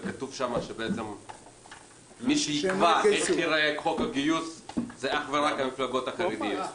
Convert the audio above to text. וכתוב שם שמי שיקבע איך ייראה חוק הגיוס זה אך ורק המפלגות החרדיות.